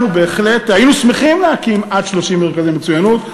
אנחנו בהחלט היינו שמחים להקים עד 30 מרכזי מצוינות.